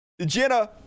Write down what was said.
Jenna